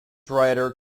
writer